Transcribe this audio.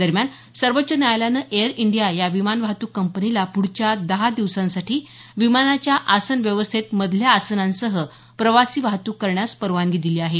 दरम्यान सर्वोच्च न्यायालयाने एअर इंडिया या विमान वाहतुक कंपनीला पुढच्या दहा दिवसांसाठी विमानाच्या आसन व्यवस्थेत मधल्या आसनांसह प्रवासी वाहतुक करण्यास परवानगी दिली आहे